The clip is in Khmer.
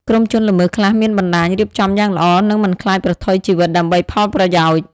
ក្រុមជនល្មើសខ្លះមានបណ្តាញរៀបចំយ៉ាងល្អ និងមិនខ្លាចប្រថុយជីវិតដើម្បីផលប្រយោជន៍។